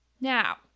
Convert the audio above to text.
Now